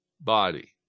body